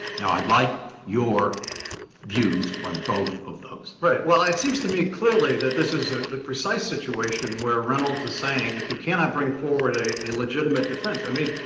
now, i would like your views on both of those. phillips right. well, it seems to me clearly that this is the precise situation where reynolds is saying if you cannot bring forward a a legitimate defense i mean,